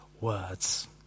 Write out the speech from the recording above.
words